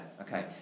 okay